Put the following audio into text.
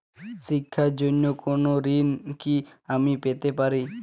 শিক্ষার জন্য কোনো ঋণ কি আমি পেতে পারি?